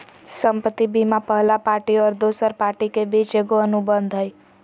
संपत्ति बीमा पहला पार्टी और दोसर पार्टी के बीच एगो अनुबंध हइ